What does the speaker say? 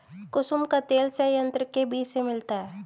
कुसुम का तेल संयंत्र के बीज से मिलता है